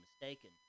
mistaken